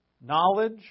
knowledge